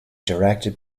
directed